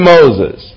Moses